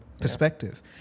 perspective